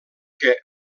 que